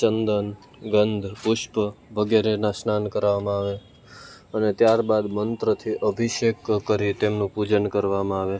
ચંદન ગંધર્વ પુષ્પ વગેરેના સ્નાન કરાવવામાં આવે અને ત્યારબાદ મંત્રથી અભિષેક કરી તેમનું પૂજન કરવામાં આવે